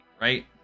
Right